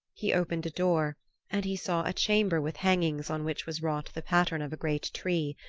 he opened a door and he saw a chamber with hangings on which was wrought the pattern of a great tree,